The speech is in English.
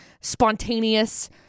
spontaneous